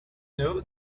know